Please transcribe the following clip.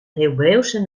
hebreeuwse